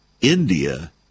India